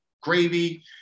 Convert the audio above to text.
gravy